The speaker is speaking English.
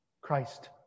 Christ